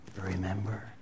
Remember